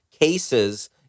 cases